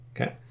okay